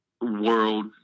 world